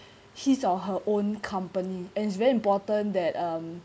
his or her own company it's very important that um